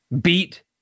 beat